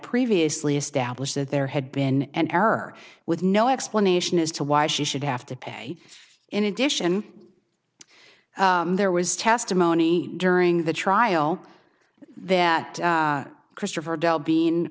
previously established that there had been an error with no explanation as to why she should have to pay in addition there was testimony during the trial that christopher del bean